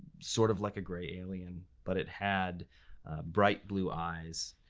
sort of like a gray alien. but it had bright blue eyes.